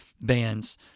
bands